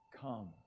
Come